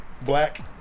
Black